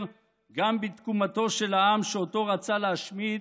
גם בתקומתו של העם שאותו רצה להשמיד,